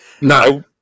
no